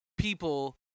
people